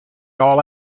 all